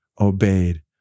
obeyed